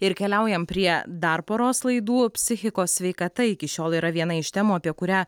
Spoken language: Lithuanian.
ir keliaujam prie dar poros laidų psichikos sveikata iki šiol yra viena iš temų apie kurią